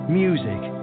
music